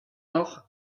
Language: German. noch